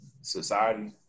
society